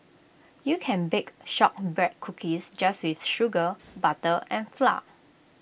you can bake Shortbread Cookies just with sugar butter and flour